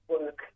work